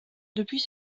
depuis